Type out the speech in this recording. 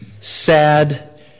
sad